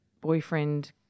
boyfriend